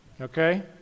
Okay